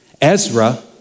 Ezra